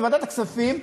בוועדת הכספים,